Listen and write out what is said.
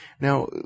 Now